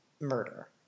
murder